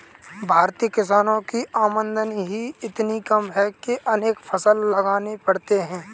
भारतीय किसानों की आमदनी ही इतनी कम है कि अनेक फसल लगाने पड़ते हैं